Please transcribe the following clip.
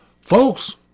Folks